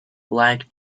like